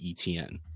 ETN